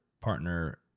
partner